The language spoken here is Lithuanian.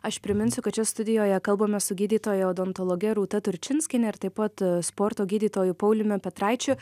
aš priminsiu kad čia studijoje kalbamės su gydytoja odontologe rūta turčinskiene ir taip pat sporto gydytoju pauliumi petraičiu